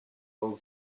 bulb